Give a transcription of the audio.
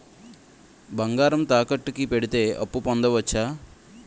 బంగారం తాకట్టు కి పెడితే అప్పు పొందవచ్చ?